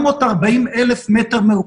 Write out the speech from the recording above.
840,000 מטר מרובע.